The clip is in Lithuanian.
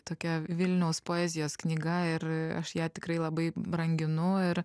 tokia vilniaus poezijos knyga ir aš ją tikrai labai branginu ir